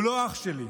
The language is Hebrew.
הוא לא אח שלי,